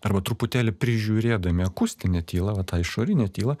arba truputėlį prižiūrėdami akustinę tylą va tą išorinę tylą